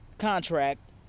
Contract